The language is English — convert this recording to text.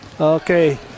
Okay